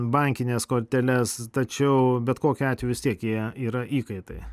bankines korteles tačiau bet kokiu atveju vis tiek jie yra įkaitai